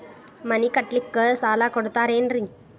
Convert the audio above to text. ಮನಿ ಕಟ್ಲಿಕ್ಕ ಸಾಲ ಕೊಡ್ತಾರೇನ್ರಿ?